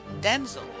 denzel